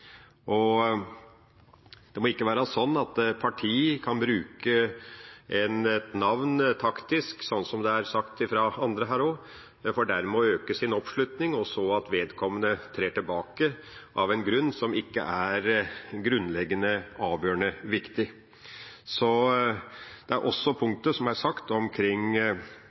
Det må ikke være slik at partier kan bruke et navn taktisk, slik som det er sagt av andre her også, for derved å øke sin oppslutning, og at vedkommende så trer tilbake av en grunn som ikke er grunnleggende avgjørende viktig. Det er også et punkt om at en ikke ønsker en liberalisering som